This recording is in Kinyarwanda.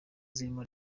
zirimo